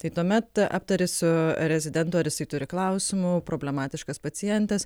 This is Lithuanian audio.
tai tuomet aptari su rezidentu ar jisai turi klausimų problematiškas pacientes